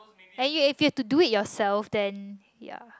and if if you have to do it yourself then ya